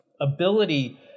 ability